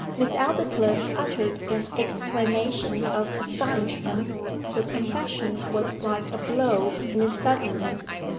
miss aldclyffe uttered an exclamation of astonishment the confession was like a blow in its suddenness.